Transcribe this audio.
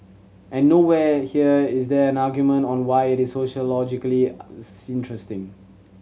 and nowhere here is there an argument on why it is sociologically interesting